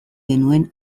genuen